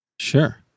Sure